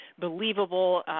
believable